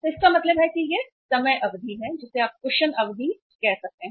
तो इसका मतलब है कि यह समय अवधि है जिसे आप कुशन अवधि कह सकते हैं